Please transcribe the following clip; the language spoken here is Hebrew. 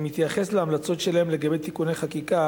אני מתייחס להמלצות שלהם לגבי תיקוני חקיקה